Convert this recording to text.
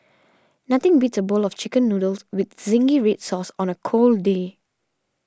nothing beats a bowl of Chicken Noodles with Zingy Red Sauce on a cold day